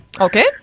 Okay